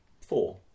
four